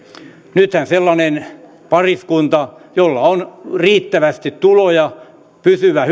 nythän sellainen pariskunta jolla on riittävästi tuloja pysyvät